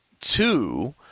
two